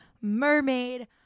Mermaid